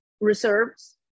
reserves